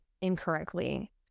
incorrectly